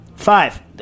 Five